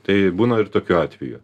tai būna ir tokių atvejų